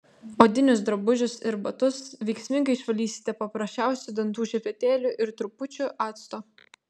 odinius drabužius ir batus veiksmingai išvalysite paprasčiausiu dantų šepetėliu ir trupučiu acto